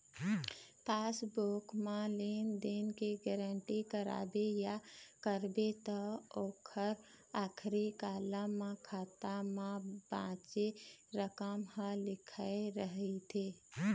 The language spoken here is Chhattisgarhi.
पासबूक म लेन देन के एंटरी कराबे या करबे त ओखर आखरी कालम म खाता म बाचे रकम ह लिखाए रहिथे